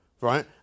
right